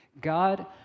God